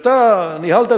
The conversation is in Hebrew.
כשאתה ניהלת,